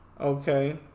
Okay